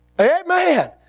Amen